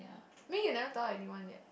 may you never tell anyone yet